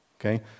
Okay